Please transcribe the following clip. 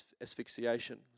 asphyxiation